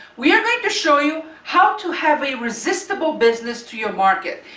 we are going to show you how to have a resistible business to your market.